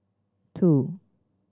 two